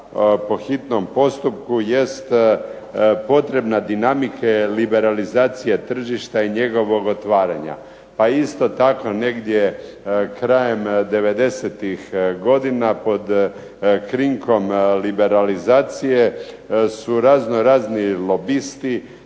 po hitnom postupku jest potrebna dinamike liberalizacije tržišta i njegovog otvaranja. Pa isto tako negdje krajem 90-ih godina, pod krinkom liberalizacije su razno razni lobisti